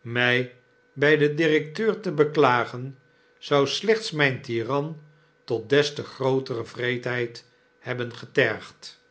mij bij den directeur te beklagen zou slechts mijn tiran tot des te grootere wreedheid hebben getergd